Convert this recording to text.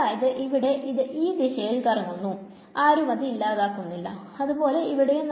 അതായത് ഇവിടെ ഇത് ഈ ദിശയിൽ നീങ്ങുന്നു ആരും അത് ഇല്ലാതാകുന്നില്ല അതുപോലെ ഇവിടെയും